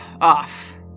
off